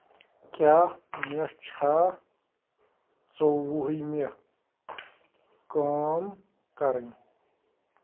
کیاہ مےٚ چھا ژۄوُہِمہِ کٲم کَرٕنۍ